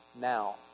Now